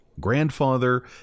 grandfather